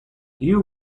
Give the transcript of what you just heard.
you